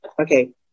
Okay